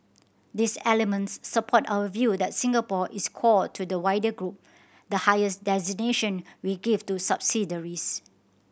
these elements support our view that Singapore is core to the wider group the highest designation we give to subsidiaries